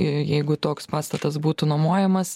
jeigu toks pastatas būtų nuomojamas